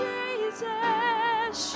Jesus